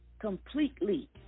completely